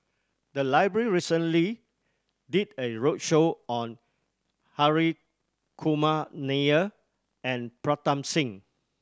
the library recently did a roadshow on Hri Kumar Nair and Pritam Singh